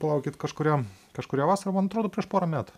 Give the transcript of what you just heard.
palaukit kažkurią kažkurią vasarą man atrodo prieš porą metų